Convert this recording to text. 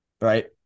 right